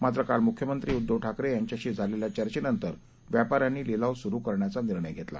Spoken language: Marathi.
मात्र काल मुख्यमंत्री उद्दव ठाकरे यांच्याशी झालेल्या चर्चेनंतर व्यापाऱ्यांनी लिलाव सुरू करायचा निर्णय घेतला